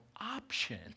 option